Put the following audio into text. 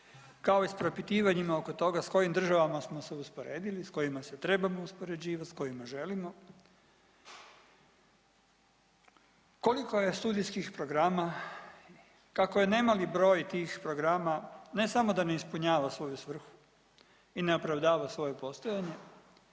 kao i s propitivanjima oko toga s kojim državama smo se usporedili, s kojima se trebamo uspoređivat, s kojima želimo, koliko je studijskih programa, kako je nemali broj tih programa ne samo da ne ispunjava svoju svrhu i ne opravdava svoje postojanje